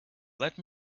let